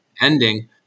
ending